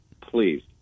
please